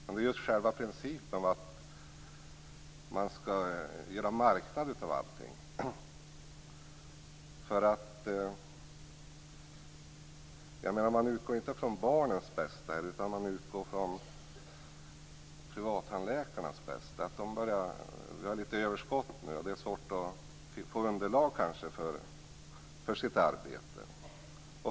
Jag reagerar mot själva principen att man skall göra marknad av allting. Man utgår inte från barnens bästa här, utan från privattandläkarnas bästa. Det finns ett överskott nu, och tandläkare har svårt att få underlag för sitt arbete.